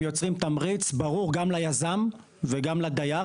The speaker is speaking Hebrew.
הם יוצרים תמריץ ברור גם ליזם וגם לדייר,